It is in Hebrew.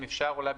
אם אפשר אולי,